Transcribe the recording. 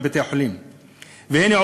והנה,